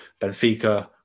Benfica